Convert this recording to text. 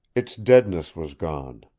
its deadness was gone.